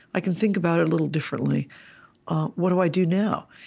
i can think about it a little differently what do i do now?